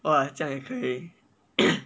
!wah! 这样也可以